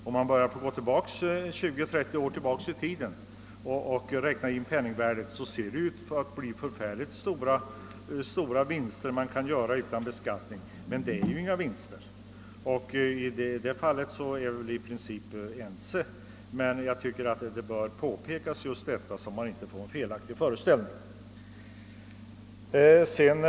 Om man inte tar hänsyn till penningvärdets fall under de senaste 20— 30 åren, kan det synas som om mycket stora vinster kan göras utan beskattning, ehuru det i själva verket inte är fråga om några vinster. Om detta torde vi i princip vara ense. Jag tycker dock att det bör påpekas, så att det inte uppstår en felaktig föreställning om förhållandena.